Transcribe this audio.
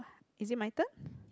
is it my turn